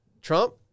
Trump